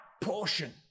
portion